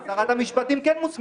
אז שרת המשפטים כן מוסמכת.